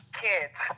kids